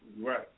Right